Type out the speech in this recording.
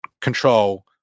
control